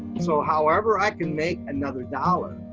so however i can make another dollar,